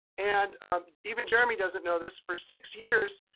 and even jeremy doesn't know this. for six years,